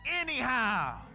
Anyhow